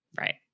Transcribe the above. Right